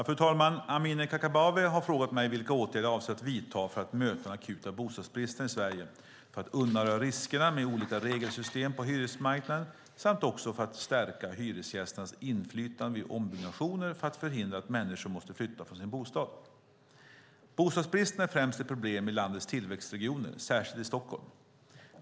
Fru talman! Amineh Kakabaveh har frågat mig vilka åtgärder jag avser att vidta för att möta den akuta bostadsbristen i Sverige, för att undanröja riskerna med olika regelsystem på hyresmarknaden samt också för att stärka hyresgästernas inflytande vid ombyggnationer för att förhindra att människor måste flytta från sin bostad. Bostadsbristen är främst ett problem i landets tillväxtregioner, särskilt i Stockholm.